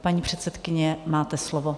Paní předsedkyně, máte slovo.